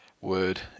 Word